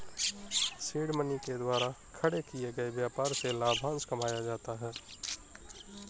seed money के द्वारा खड़े किए गए व्यापार से लाभांश कमाया जाता है